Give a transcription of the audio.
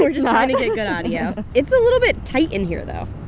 we're just trying to get good audio. it's a little bit tight in here, though.